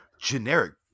generic